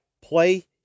play